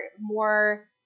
more